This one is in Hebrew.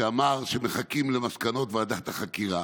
שאמר שמחכים למסקנות ועדת החקירה,